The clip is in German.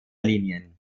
linien